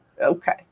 Okay